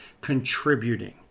contributing